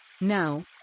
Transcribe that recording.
Now